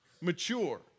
mature